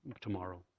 tomorrow